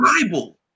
Bible